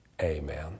Amen